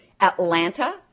Atlanta